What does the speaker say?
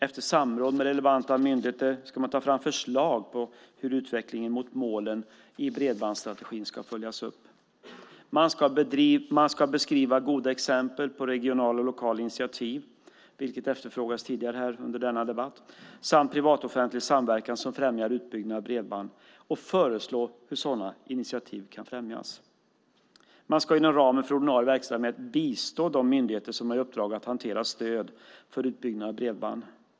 Efter samråd med relevanta myndigheter ska man ta fram förslag på hur utvecklingen mot målen i bredbandsstrategin ska följas upp. Man ska beskriva goda exempel på regionala och lokala initiativ, vilket efterfrågades tidigare under denna debatt, och på privat-offentlig samverkan som främjar utbyggnad av bredband och föreslå hur sådana initiativ kan främjas. PTS ska inom ramen för ordinarie verksamhet bistå de myndigheter som har i uppdrag att hantera stöd för utbyggnad av bredband.